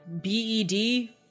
B-E-D